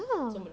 ah